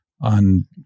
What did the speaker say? on